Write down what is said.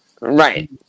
Right